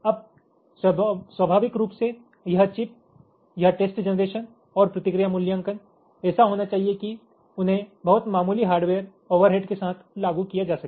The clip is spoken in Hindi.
अब स्वाभाविक रूप से यह चिप यह टेस्ट जनरेशन और प्रतिक्रिया मूल्यांकन ऐसा होना चाहिए कि उन्हें बहुत मामूली हार्डवेयर ओवरहेड के साथ लागू किया जा सके